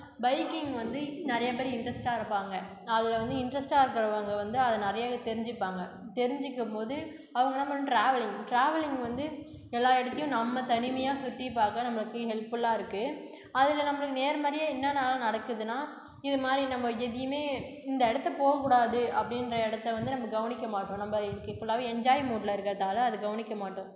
biking வந்து நிறைய பேர் இன்ட்ரெஸ்ட்டா இருப்பாங்க அதில் வந்து இன்ட்ரெஸ்ட்டா இருக்கிறவங்க வந்து அதை நிறையவே தெரிஞ்சுப்பாங்க தெரிஞ்சுக்கும் போது அவங்க என்ன பண்ணணும் ட்ராவலிங் ட்ராவலிங் வந்து எல்லா இடத்தையும் நம்ம தனிமையா சுத்திப்பாக்க நம்மளுக்கு ஹெல்ப்ஃபுல்லா இருக்குது அதில் நம்மளுக்கு நேர்மறையா என்னனெல்லாம் நடக்குதுன்னா இது மாதிரி நம்ம எதையுமே இந்த இடத்த போக்கூடாது அப்படின்ற இடத்த வந்து நம்ம கவனிக்க மாட்டோம் நம்மளுக்கு ஃபுல்லாவே என்ஜாய் மூடுல இருக்கிறதால அதை கவனிக்க மாட்டோம்